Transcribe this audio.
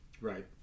right